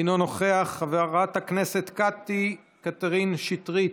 אינו נוכח, חברת הכנסת קטי קטרין שטרית,